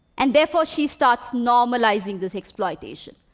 and therefore she starts normalizing this exploitation.